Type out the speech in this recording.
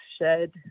shed